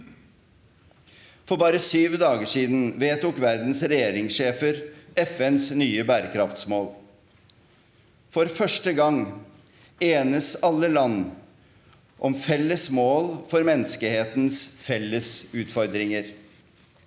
For bare syv dager siden vedtok verdens regjeringssjefer FNs nye bærekraftsmål. For første gang enes alle land om felles mål for menneskehetens felles utfordringer.